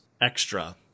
extra